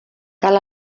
cal